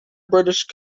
british